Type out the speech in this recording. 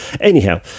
Anyhow